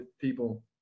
people